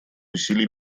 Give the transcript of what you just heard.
усилий